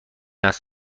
است